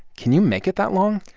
can you make it that long?